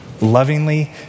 lovingly